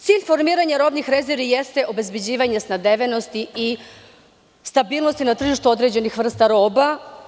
Cilj formiranja robnih rezervi jeste obezbeđivanje snabdevenosti i stabilnosti na tržištu određenih vrsta roba.